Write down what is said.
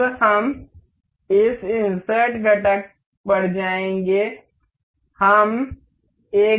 अब हम इस इंसर्ट घटक पर जाएंगे